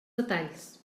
detalls